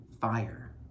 fire